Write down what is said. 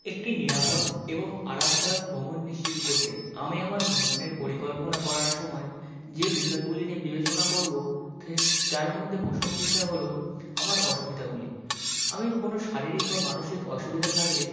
একটি নিরাপদ এবং আরামদায়ক ভ্রমণ নিশ্চিত করতে আমি আমার ভ্রমণের পরিকল্পনা করার সময় যে বিষয়গুলি নিয়ে বিবেচনা করবো থে তার মধ্যে প্রথম বিষয় হলো আমার অসুবিধাগুলি আমি কোনো শারীরিক বা মানসিক অসুবিধা থাকলে